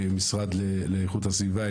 המשרד לאיכות הסביבה,